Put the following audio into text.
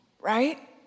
Right